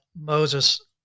Moses